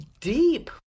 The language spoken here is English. deep